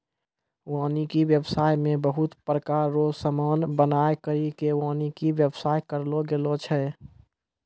वानिकी व्याबसाय मे बहुत प्रकार रो समान बनाय करि के वानिकी व्याबसाय करलो गेलो छै